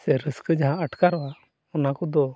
ᱥᱮ ᱨᱟᱹᱥᱠᱟᱹ ᱡᱟᱦᱟᱸ ᱟᱴᱠᱟᱨᱚᱜᱼᱟ ᱚᱱᱟ ᱠᱚᱫᱚ